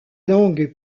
langue